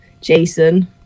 Jason